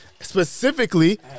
specifically